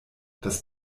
dass